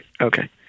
Okay